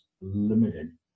limited